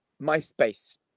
MySpace